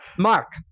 Mark